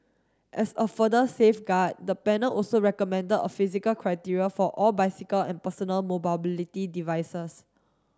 as a further safeguard the panel also recommended a physical criteria for all bicycle and personal mobility devices